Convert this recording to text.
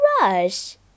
rush